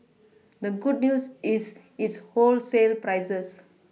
the good news is its wholesale prices